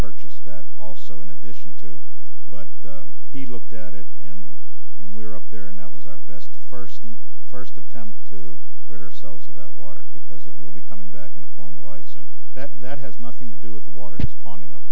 purchase that also in addition to but he looked at it and when we were up there and that was our best first first attempt to rid ourselves of that water because it will be coming back in the form of ice and that that has nothing to do with the water ponding up